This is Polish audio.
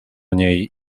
niej